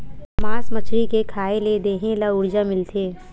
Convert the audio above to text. मास मछरी के खाए ले देहे ल उरजा मिलथे